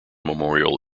memorial